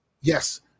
yes